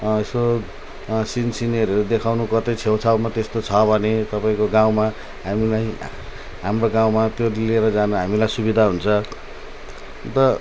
यसो सिन सिनेरीहरू देखाउनु कतै छेउछाउमा त्यस्तो छ भने तपाईँको गाउँमा हामीलाई हाम्रो गाउँमा त्यो लिएर जानु हामीलाई सुविधा हुन्छ अन्त